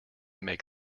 make